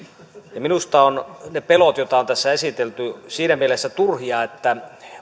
minusta ovat ne pelot joita on tässä esitelty siinä mielessä turhia että